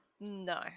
no